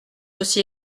aussi